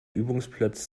übungsplatz